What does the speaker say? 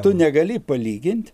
tu negali palygint